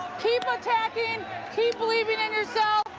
keep attacking keep believing in yourself